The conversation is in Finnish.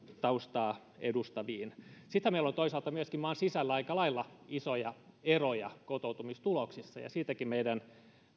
taustaa edustaviin sittenhän meillä on toisaalta myöskin maan sisällä aika lailla isoja eroja kotoutumistuloksissa ja siitäkin meidän